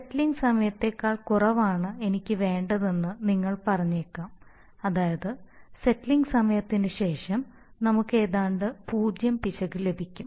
settling സമയത്തേക്കാൾ കുറവാണ് എനിക്ക് വേണ്ടതെന്ന് നിങ്ങൾ പറഞ്ഞേക്കാം അതായത് സെറ്റിലിംഗ് സമയത്തിന് ശേഷം നമുക്ക് ഏതാണ്ട് പൂജ്യം പിശക് ലഭിക്കും